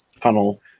tunnel